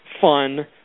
fun